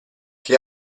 che